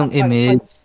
image